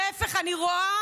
להפך, אני רואה